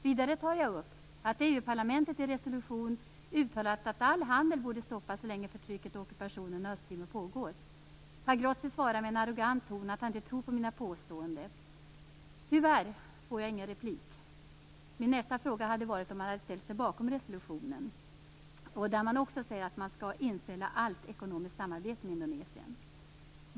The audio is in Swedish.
Vidare tog jag upp att EU-parlamentet i en resolution uttalat att all handel borde stoppas så länge förtrycket och ockupationen av Östtimor pågår. Pagrotsky svarade med arrogant ton att han inte trodde på mina påståenden. Tyvärr fick jag ingen replik. Min nästa fråga hade varit om han hade ställt sig bakom resolutionen där man också säger att man skall inställa allt ekonomiskt samarbete med Indonesien.